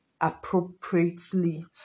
appropriately